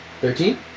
Thirteen